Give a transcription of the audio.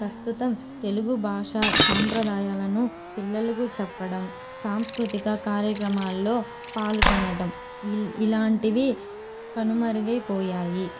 ప్రస్తుతం తెలుగు భాష సాంప్రదాయాలను పిల్లలకు చెప్పడం సాంస్కృతిక కార్యక్రమాల్లో పాల్గొనటం ఇ ఇలాంటివి కనుమరుగైపోయాయి